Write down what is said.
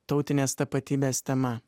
tautinės tapatybės tema